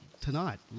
tonight